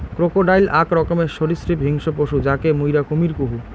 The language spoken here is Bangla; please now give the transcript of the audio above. ক্রোকোডাইল আক রকমের সরীসৃপ হিংস্র পশু যাকে মুইরা কুমীর কহু